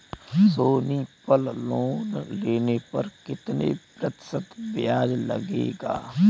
सोनी पल लोन लेने पर कितने प्रतिशत ब्याज लगेगा?